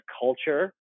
culture